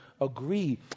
agree